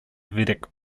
vedic